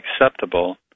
acceptable